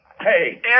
Hey